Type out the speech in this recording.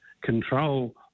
control